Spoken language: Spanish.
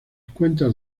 cuentas